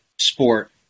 sport